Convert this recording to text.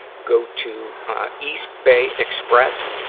go to eastbayexpress.